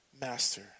master